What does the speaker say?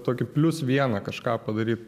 tokį plius vieną kažką padaryt